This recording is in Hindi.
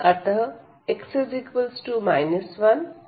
अतः x 1 2 है